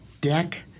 deck